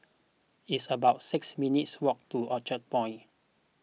it's about six minutes' walk to Orchard Point